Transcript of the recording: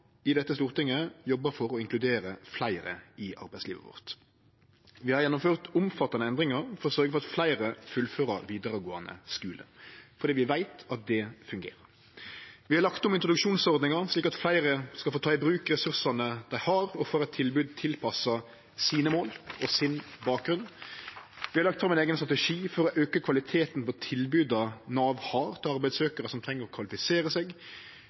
i Stortinget jobba for å inkludere fleire i arbeidslivet vårt. Vi har gjennomført omfattande endringar for å sørgje for at fleire fullfører vidaregåande skule, fordi vi veit at det fungerer. Vi har lagt om introduksjonsordninga slik at fleire skal få ta i bruk ressursane dei har, og får eit tilbod tilpassa sine mål og sin bakgrunn. Vi har lagt fram ein eigen strategi for å auke kvaliteten på tilboda Nav har til arbeidssøkjarar som treng å kvalifisere seg,